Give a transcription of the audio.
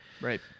Right